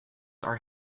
are